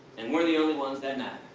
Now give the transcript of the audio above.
and we're the only ones that